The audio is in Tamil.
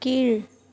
கீழ்